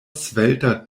svelta